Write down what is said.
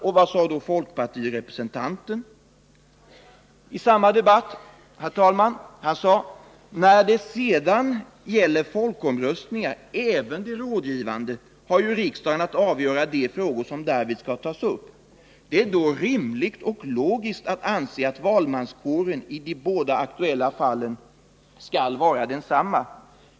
Och vad sade då folkpartiets representant i samma debatt, herr talman? Han sade: ”När det sedan gäller folkomröstningar, även de rådgivande, har ju riksdagen att avgöra de frågor som därvid skall tas upp. Det är då rimligt och logiskt att anse att valmanskåren i de båda aktuella fallen skall vara densamma.